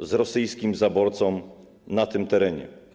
z rosyjskim zaborcą na tym terenie.